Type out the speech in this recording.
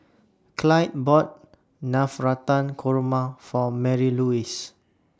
Clyde bought Navratan Korma For Marylouise